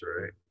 right